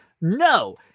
no